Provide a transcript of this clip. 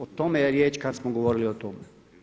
O tome je riječ kada smo govorili o tome.